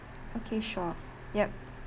okay sure yup